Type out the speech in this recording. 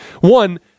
One